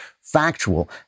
factual